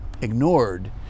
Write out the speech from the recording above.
ignored